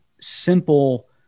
simple